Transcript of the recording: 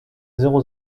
zéro